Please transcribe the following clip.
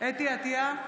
אתי עטייה,